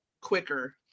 quicker